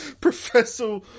Professor